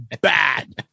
bad